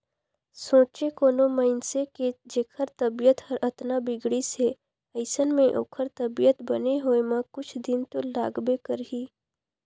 सोंचे कोनो मइनसे के जेखर तबीयत हर अतना बिगड़िस हे अइसन में ओखर तबीयत बने होए म कुछ दिन तो लागबे करही